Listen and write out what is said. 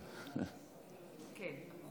את זה